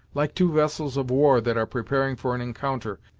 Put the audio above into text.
like two vessels of war that are preparing for an encounter,